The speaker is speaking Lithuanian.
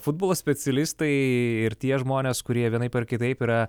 futbolo specialistai ir tie žmonės kurie vienaip ar kitaip yra